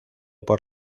por